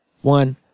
one